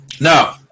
No